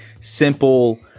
simple